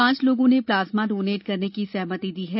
पांच लोगों ने प्लाज्मा डोनेट करने की सहमति दी है